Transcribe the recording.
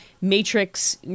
Matrix